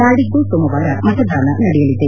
ನಾಡಿದ್ದು ಸೋಮವಾರ ಮತದಾನ ನಡೆಯಲಿದೆ